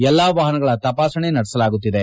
ಎಲ್ಲಾ ವಾಹನಗಳ ತಪಾಸಣೆ ನಡೆಸಲಾಗುತ್ತಿದೆ